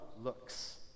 looks